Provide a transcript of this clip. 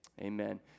Amen